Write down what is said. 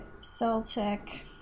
Celtic